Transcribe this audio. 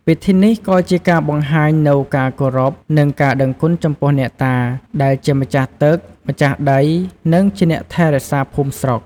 ពិធីនេះក៏ជាការបង្ហាញនូវការគោរព និងការដឹងគុណចំពោះអ្នកតា ដែលជាម្ចាស់ទឹក ម្ចាស់ដី និងជាអ្នកថែរក្សាភូមិស្រុក។